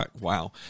Wow